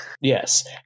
Yes